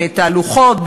תהלוכות,